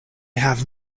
have